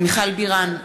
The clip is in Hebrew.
מיכל בירן,